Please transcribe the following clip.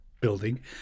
building